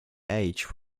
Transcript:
age